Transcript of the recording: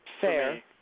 Fair